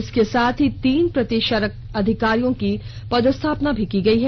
इसके साथ ही तीन प्रतिक्षारत अधिकारियों की पदस्थापना भी की है